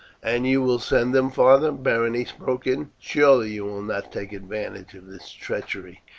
and you will send them, father? berenice broke in surely you will not take advantage of this treachery.